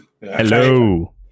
Hello